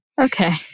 Okay